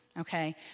okay